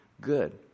good